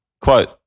Quote